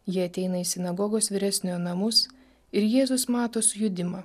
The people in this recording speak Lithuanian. jie ateina į sinagogos vyresniojo namus ir jėzus mato sujudimą